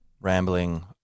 rambling